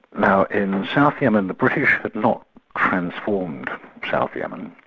now in south yemen, the british had not transformed south yemen,